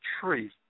tree